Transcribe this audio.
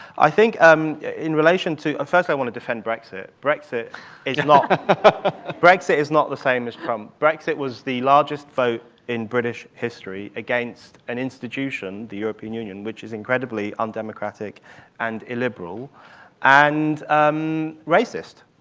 i think um in relation to and first, i wanna defend brexit. brexit is you know brexit is not the same as trump. brexit was the largest vote in british history against an institution, the european union, which is incredibly undemocratic and illiberal and um racist.